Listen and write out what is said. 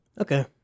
Okay